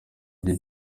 igihe